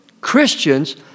Christians